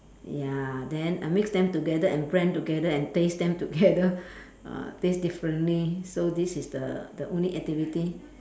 ya then I mix them together and blend together and taste them together uh taste differently so this is the the only activity